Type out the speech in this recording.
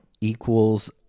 equals